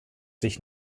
sich